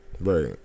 Right